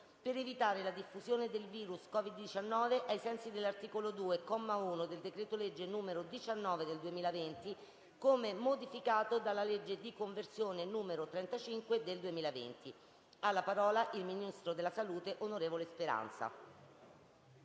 per evitare la diffusione del virus Covid-19, ai sensi dell'articolo 2, comma 1, del decreto-legge n. 19 del 2020, come modificato dalla legge di conversione n. 35 del 2020». Ha facoltà di parlare il ministro della salute, onorevole Speranza.